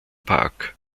park